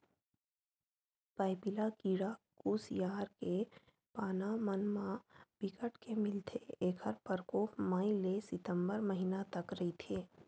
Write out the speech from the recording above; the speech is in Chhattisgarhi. पाइपिला कीरा कुसियार के पाना मन म बिकट के मिलथे ऐखर परकोप मई ले सितंबर महिना तक रहिथे